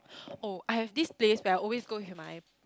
oh I have this place where I always go with my